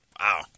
Wow